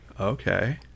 Okay